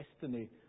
destiny